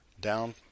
Down